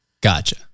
Gotcha